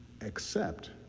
accept